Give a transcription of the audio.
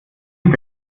sie